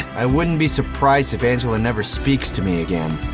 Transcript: i wouldn't be surprised if angela never speaks to me again.